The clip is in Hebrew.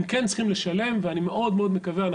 הם כן צריכים לשלם ואני מאוד-מאוד מקווה,